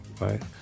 right